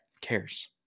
cares